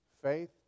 Faith